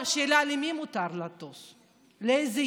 או השאלה למי למותר לטוס,